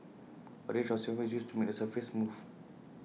A range of sandpaper is used to make the surface smooth